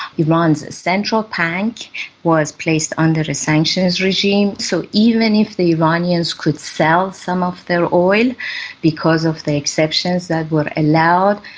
iran's central bank was placed under a sanctions regime. so even if the iranians could sell some of their oil because of the exceptions that were allowed,